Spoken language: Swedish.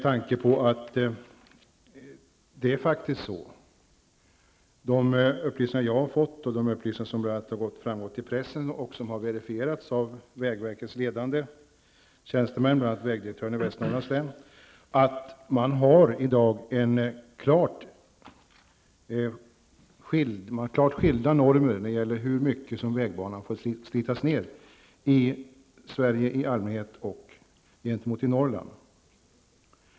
Enligt upplysningar som jag har fått och enligt uppgifter i pressen, som har verifierats av vägverkets ledande tjänstemän, bl.a. vägdirektören i Västernorrlands län, har man i dag klart skilda normer för Norrland och för Sverige i övrigt när det gäller hur mycket vägbanan får slitas ned.